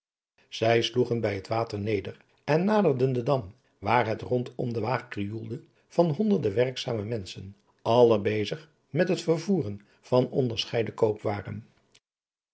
zij sloegen bij het water neder en naderden den dam waar het rondom de waag krioelde van honderde werkzame menschen alle bezig met het vervoeren van onderscheiden koopwaren